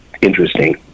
interesting